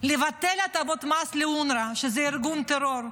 לבטל הטבות מס לאונר"א, שזה ארגון טרור.